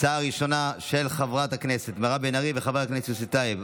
ההצעה הראשונה היא של חברת הכנסת מירב בן ארי ושל חבר הכנסת יוסף טייב,